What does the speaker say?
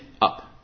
up